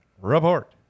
Report